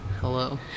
hello